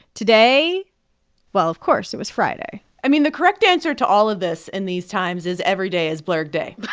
today well, of course, it was friday. i mean, the correct answer to all of this in these times is, every day is blurred day